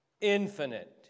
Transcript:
Infinite